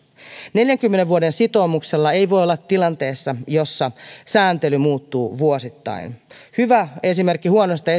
neljänkymmenen vuoden sitoumuksella ei voi olla tilanteessa jossa sääntely muuttuu vuosittain hyvä esimerkki huonosta